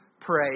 pray